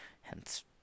hence